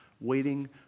waiting